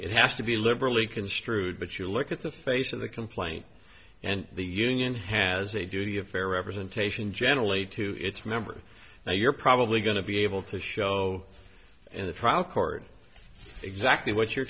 it has to be liberally construed but you look at the face of the complaint and the union has a duty of fair representation generally to its members now you're probably going to be able to show in the trial court exactly what you're